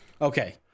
Okay